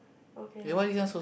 okay